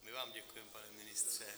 My vám děkujeme, pane ministře.